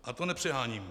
A to nepřeháním.